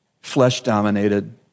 flesh-dominated